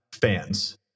fans